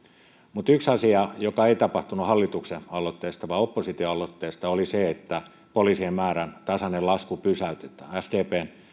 mutta yksi asia joka ei tapahtunut hallituksen aloitteesta vaan opposition aloitteesta oli se että poliisien määrän tasainen lasku pysäytetään sdpn